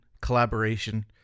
collaboration